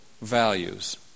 values